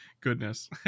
goodness